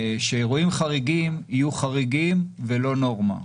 שאירועים חריגים, יהיו חריגים ולא נורמה.